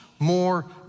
more